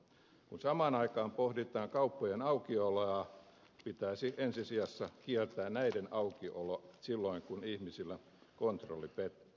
kun samaan aikaan pohditaan kauppojen aukioloa pitäisi ensi sijassa kieltää näiden aukiolo silloin kun ihmisillä kontrolli pettää